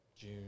June